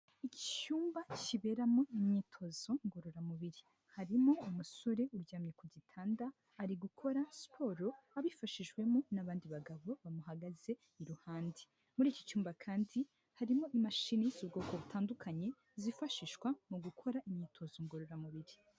Icyumba kiberamo imyitozo ngororamubiri, harimo umusore uryamye ku gitanda, ari gukora siporo abifashijwemo n'abandi bagabo bamuhagaze iruhande, muri iki cyumba kandi, harimo imashini z'ubwoko butandukanye zifashishwa mu gukora imyitozo ngororamubiri.